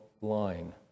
line